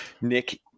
nick